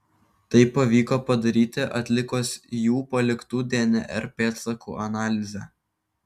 tai pavyko padaryti atlikus jų paliktų dnr pėdsakų analizę